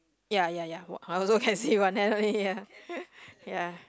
ya ya ya I also can see one hand only ya